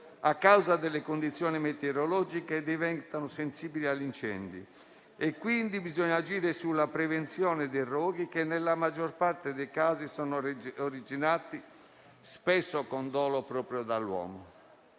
a causa delle condizioni metereologiche diventano sensibili agli incendi, e quindi bisogna agire sulla prevenzione dei roghi, che nella maggior parte dei casi sono originati, spesso con dolo, proprio dall'uomo.